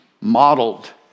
modeled